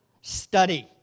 study